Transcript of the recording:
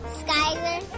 skyler